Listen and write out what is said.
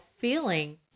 feeling